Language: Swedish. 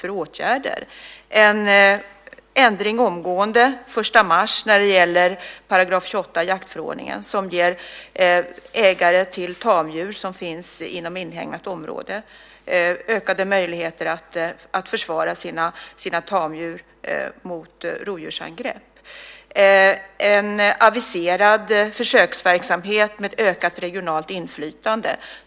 Det är en ändring omgående, den 1 mars, när det gäller § 28 jaktförordningen som ger ägare till tamdjur som finns inom inhägnat område ökade möjligheter att försvara sina tamdjur mot rovdjursangrepp. Det är en aviserad försöksverksamhet med ökat regionalt inflytande.